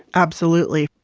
absolutely,